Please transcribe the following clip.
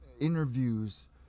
interviews